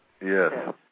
yes